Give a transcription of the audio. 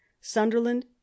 Sunderland